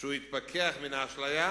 שהוא יתפכח מהאשליה,